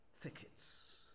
thickets